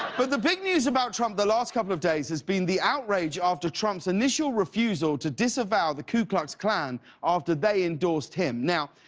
but the big news about trump the last couple of days has been outrage after trump's initial refusal to disavow the ku klux klan after they endorsed him. now,